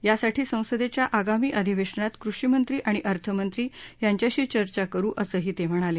यासाठी संसदेच्या आगामी अधिवेशनात कृषी मंत्री आणि अर्थ मंत्री यांच्याशी चर्चा करु असंही ते म्हणाले